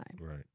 Right